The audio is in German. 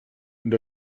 und